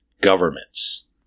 governments